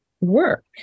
work